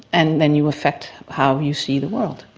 and then you affect how you see the world.